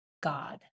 God